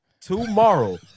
tomorrow